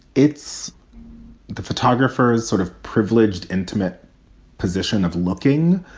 it's the photographers sort of privileged, intimate position of looking,